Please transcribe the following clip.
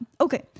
Okay